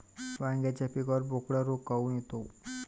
वांग्याच्या पिकावर बोकड्या रोग काऊन येतो?